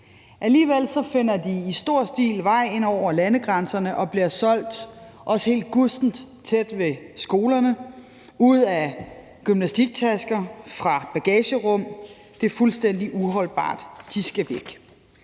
Alligevel finder de i stor stil vej ind over landegrænserne og bliver solgt – også helt gustent –tæt ved skolerne, ud af gymnastiktasker og fra bagagerum. Det er fuldstændig uholdbart. De skal væk.